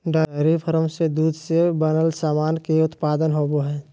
dairy farm से दूध से बनल सामान के उत्पादन होवो हय